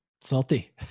Salty